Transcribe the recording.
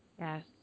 Yes